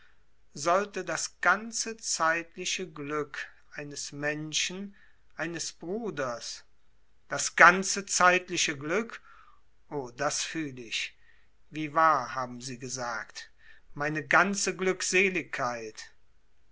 sollte das ganze zeitliche glück eines menschen eines bruders das ganze zeitliche glück o das fühl ich wie wahr haben sie gesagt meine ganze glückseligkeit